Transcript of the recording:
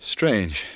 Strange